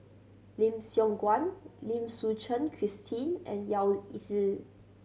Lim Siong Guan Lim Suchen Christine and Yao Zi